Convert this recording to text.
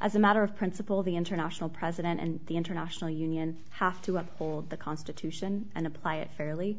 as a matter of principle the international president and the international union have to uphold the constitution and apply it fairly